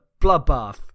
bloodbath